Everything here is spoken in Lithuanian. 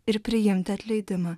ir priimti atleidimą